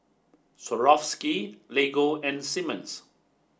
Swarovski Lego and Simmons